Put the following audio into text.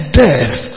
death